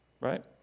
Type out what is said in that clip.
right